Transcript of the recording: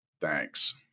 thanks